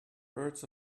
birds